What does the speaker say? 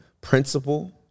principle